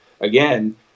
again